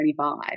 25